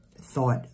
thought